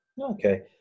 okay